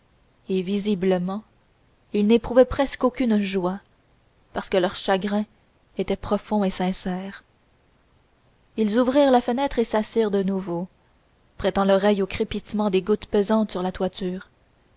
et véritablement ils n'éprouvaient presque aucune joie parce que leur chagrin était profond et sincère ils ouvrirent la fenêtre et s'assirent de nouveau prêtant l'oreille au crépitement des gouttes pesantes sur la toiture